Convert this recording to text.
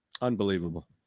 Unbelievable